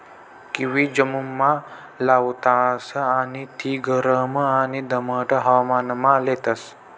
kiwi जम्मुमा लावतास आणि ती गरम आणि दमाट हवामानमा लेतस